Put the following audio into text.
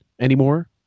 anymore